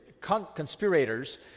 conspirators